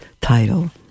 title